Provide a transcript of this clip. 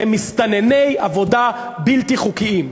הם מסתנני עבודה בלתי חוקיים,